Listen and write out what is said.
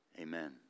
Amen